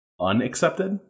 unaccepted